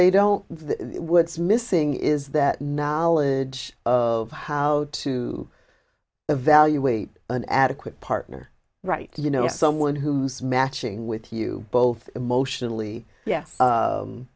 they don't the woods missing is that knowledge of how to evaluate an adequate partner right you know someone who's matching with you both emotionally